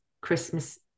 Christmas